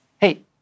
Hey